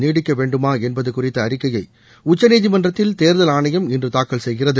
நீடிக்கவேண்டுமா என்பது அறிக்கையை குறித்த உச்சநீதிமன்றத்தில் தேர்தல் ஆணையம் இன்று தாக்கல் செய்கிறது